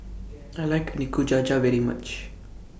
I like Nikujaga very much